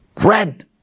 red